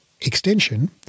extension